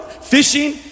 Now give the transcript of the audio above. fishing